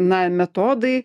na metodai